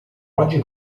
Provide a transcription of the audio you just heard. oggi